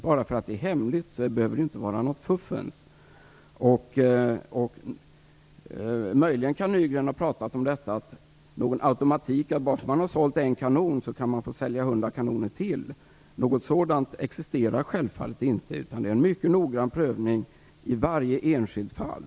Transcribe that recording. Bara för att detta är hemligt behöver det inte vara något fuffens med det. Möjligen kan Jan Nygren ha pratat om att det självfallet inte existerar någon automatik i att man kan få sälja 100 kanoner bara för att man har sålt en kanon. Det görs en mycket noggrann prövning i varje enskilt fall.